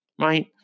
Right